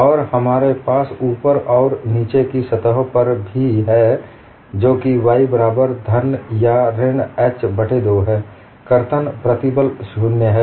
और हमारे पास ऊपर और नीचे की सतहों पर भी है जो कि y बराबर धन या ऋण h बट्टे 2 है कर्तन प्रतिबल शून्य है